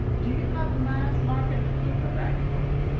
do you have mass-market paperback book.